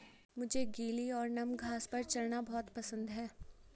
मुझे गीली और नम घास पर चलना बहुत पसंद है